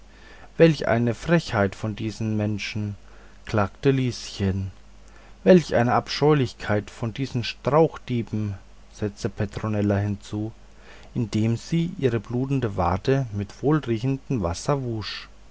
welch eine frechheit von diesen menschen klagte lieschen welch eine abscheulichkeit von diesen strauchdieben setzte petronella hinzu indem sie ihre blutende wade mit wohlriechendem wasser wusch